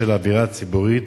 בשל האווירה הציבורית